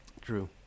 True